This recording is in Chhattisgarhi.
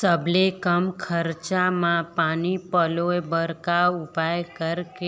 सबले कम खरचा मा पानी पलोए बर का उपाय करेक